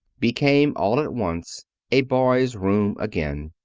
became all at once a boy's room again,